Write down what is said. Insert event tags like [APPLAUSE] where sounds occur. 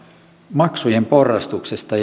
maksujen porrastuksesta [UNINTELLIGIBLE]